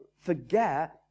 forget